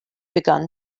begun